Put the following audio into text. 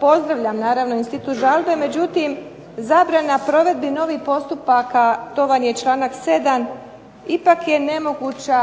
Pozdravljam naravno institut žalbe, međutim zabrana provedbi novih postupaka to vam je članak 7., ipak je manje moguća